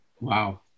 Wow